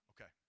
Okay